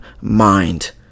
mind